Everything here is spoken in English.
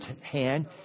hand